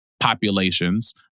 populations